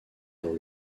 dans